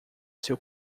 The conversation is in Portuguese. seu